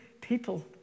people